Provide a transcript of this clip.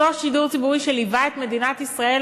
אותו שידור ציבורי שליווה את מדינת ישראל